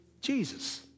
Jesus